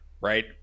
right